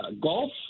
golf